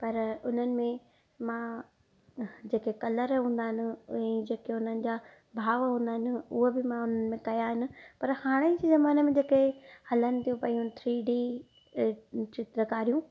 पर उन्हनि में मां जेके कलर हूंदा आहिनि उहे जेके उन्हनि जा भाव हूंदा आहिनि हूअ बि मां उन्हनि में कया आहिनि पर हाणे जे ज़माने जेके हलनि तूं पियूं थ्री डी चित्रकारियूं